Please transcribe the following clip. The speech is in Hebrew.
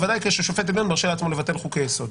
בוודאי כששופט עליון מרשה לעצמו לבטל חוקי יסוד.